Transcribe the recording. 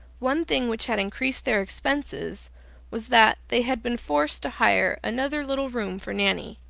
one thing which had increased their expenses was that they had been forced to hire another little room for nanny.